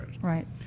right